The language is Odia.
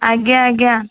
ଆଜ୍ଞା ଆଜ୍ଞା